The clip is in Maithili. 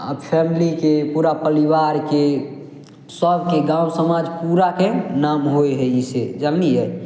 आओर फैमिलीके पूरा परिवारके सबके गाँव समाज पूराके नाम होइ हइ ई से जानलियै